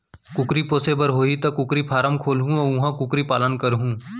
कुकरी पोसे बर होही त कुकरी फारम खोलहूं अउ उहॉं कुकरी पालन करहूँ